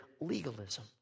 legalism